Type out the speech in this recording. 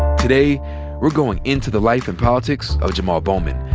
today we're goin' into the life and politics of jamaal bowman,